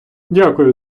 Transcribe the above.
дякую